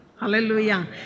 Hallelujah